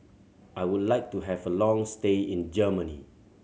I would like to have a long stay in Germany